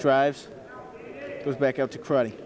drives was back up to karate